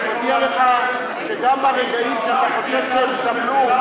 אני מודיע לך שגם ברגעים שאתה חושב שהם סבלו,